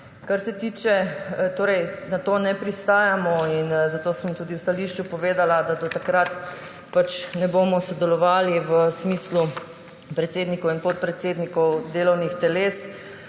in Levica enega. Na to ne pristajamo, zato sem tudi v stališču povedala, da do takrat ne bomo sodelovali v smislu predsednikov in podpredsednikov delovnih teles